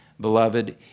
Beloved